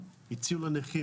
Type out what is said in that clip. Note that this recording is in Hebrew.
הציעו לנכים